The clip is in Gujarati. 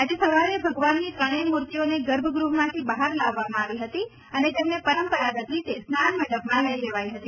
આજે સવારે ભગવાનની ત્રણેય મૂર્તિઓને ગર્ભગ્રહમાંથી બહાર લાવવામાં આવી હતી અને તેમને પરંપરાગત રીતે સ્નાન મંડપમાં લઈ જવાઈ હતી